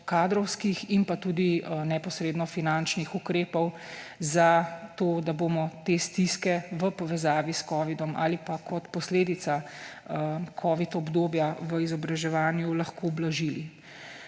kadrovskih in tudi neposredno finančnih ukrepov, zato da bomo te stiske v povezavi s covidom ali pa kot posledica obdobja covid v izobraževanju lahko blažili.